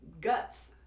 guts